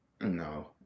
No